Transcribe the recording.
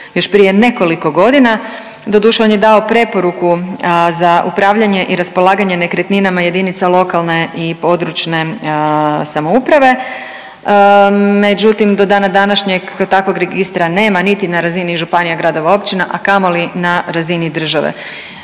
još prije nekoliko godina. Doduše on je dao preporuku za upravljanje i raspolaganje nekretninama jedinica lokalne i područne samouprave. Međutim, do dana današnjeg takvog registra nema niti na razini županija, gradova, općina, a kamoli na razini države.